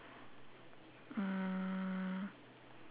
uh